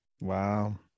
Wow